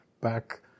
back